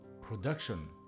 Production